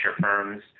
firms